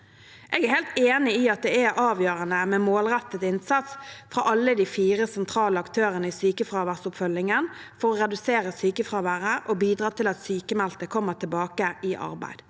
Jeg er helt enig i at det er avgjørende med målrettet innsats fra alle de fire sentrale aktørene i sykefraværsoppfølgingen for å redusere sykefraværet og bidra til at sykmeldte kommer tilbake i arbeid.